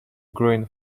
grain